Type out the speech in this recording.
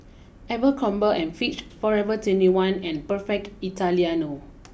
Abercrombie and Fitch forever twenty one and perfect Italiano